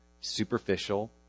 superficial